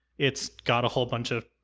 it's got a whole bunch of,